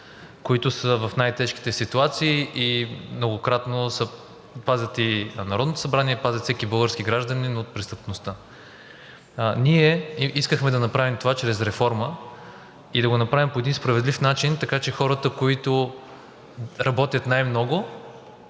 които са в най-тежките ситуации и пазят и Народното събрание, пазят всеки български гражданин от престъпността. Ние искахме да направим това чрез реформа и да го направим по един справедлив начин, така че хората, които работят най-много,